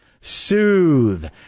Soothe